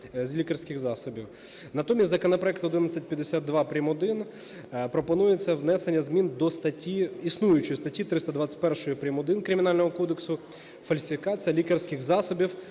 лікарських засобів". Натомість законопроектом 1152-1 пропонується внесення змін до існуючої статті 321 прим.1 Кримінального кодексу "Фальсифікація лікарських засобів